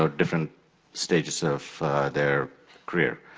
ah different stages of their career.